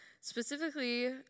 Specifically